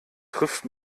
trifft